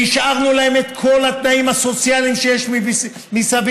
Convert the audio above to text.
והשארנו להם את כל התנאים הסוציאליים שיש מסביב,